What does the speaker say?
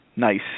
Nice